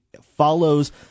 follows